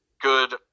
good